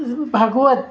Bhagwat